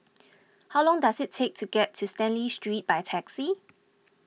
how long does it take to get to Stanley Street by taxi